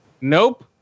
Nope